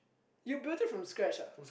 you built it from scratch ah